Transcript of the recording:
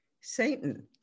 Satan